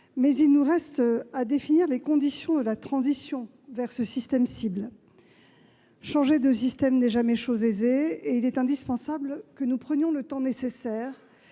mais il nous reste à définir les conditions de la transition vers ce système cible. Changer de système n'est jamais chose aisée, et il est indispensable que nous prenions le temps nécessaire,